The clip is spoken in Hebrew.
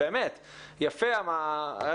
מה שאני רוצה לשאול,